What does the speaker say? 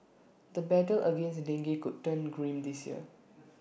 the battle against dengue could turn grim this year